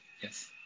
Yes